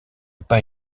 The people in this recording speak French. pas